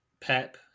Pep